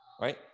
right